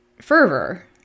fervor